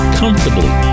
comfortably